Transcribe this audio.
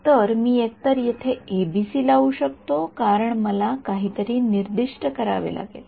तर मी एकतर येथे एबीसी लावू शकतो कारण मला काहीतरी निर्दिष्ट करावे लागेल